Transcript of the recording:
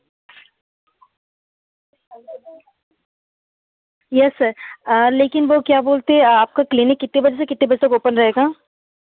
yes sir लेकिन वह क्या बोलते हैं आपका क्लिनिक कितने बजे से कितने बजे तक ओपन रहेगा